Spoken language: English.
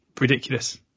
ridiculous